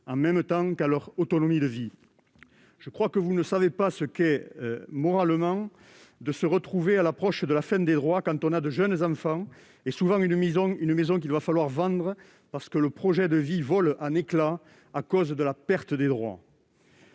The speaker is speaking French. en même temps qu'à leur autonomie de vie. Je crois que vous ne savez pas ce que c'est moralement que de se retrouver proche de la fin de ses droits, quand on a de jeunes enfants et souvent une maison qu'il va falloir vendre, parce que le projet de vie vole en éclats à cause de la perte d'emploi